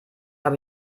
habe